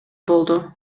болду